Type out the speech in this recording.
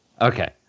Okay